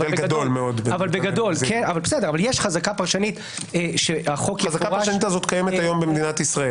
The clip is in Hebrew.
יש חזקה פרשנית שהחוק- -- היא קיימת היום במדינת ישראל.